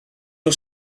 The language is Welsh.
nhw